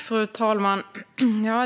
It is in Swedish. Fru talman!